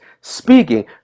speaking